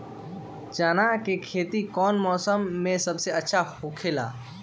चाना के खेती कौन मौसम में सबसे अच्छा होखेला?